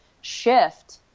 shift